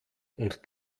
und